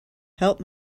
help